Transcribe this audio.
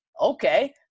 Okay